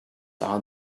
are